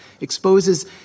exposes